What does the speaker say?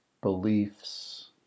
beliefs